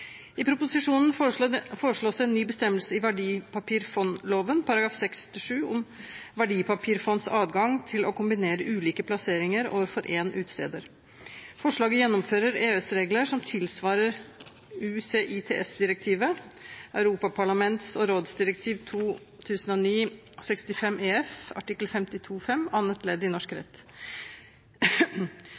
I proposisjonen foreslås det en ny bestemmelse i verdipapirfondloven § 6-7 om verdipapirfonds adgang til å kombinere ulike plasseringer overfor én utsteder. Forslaget gjennomfører EØS-regler som tilsvarer UCITS-direktivet, europaparlaments- og rådsdirektiv 2009/65/EF, art. annet ledd, i norsk rett.